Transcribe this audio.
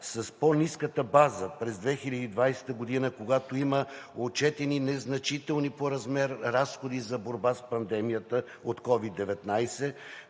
с по-ниската база през 2020 г., когато има отчетени незначителни по размер разходи за борба с пандемията от COVID-19,